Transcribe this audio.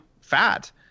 fat